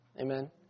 Amen